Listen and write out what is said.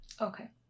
okay